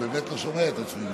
אני באמת לא שומע את עצמי,